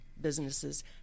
businesses